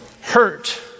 hurt